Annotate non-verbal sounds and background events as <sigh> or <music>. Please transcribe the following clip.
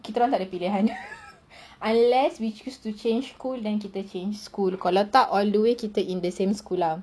kita orang tak ada pilihan <laughs> unless you choose to change school then kita change school kalau tak all the way kita in the same school lah